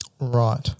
Right